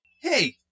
Hey